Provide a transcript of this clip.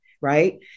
right